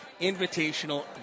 Invitational